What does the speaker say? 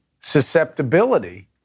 susceptibility